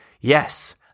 Yes